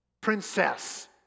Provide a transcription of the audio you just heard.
princess